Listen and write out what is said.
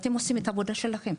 אתם עושים את העבודה שלכם,